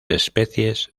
especies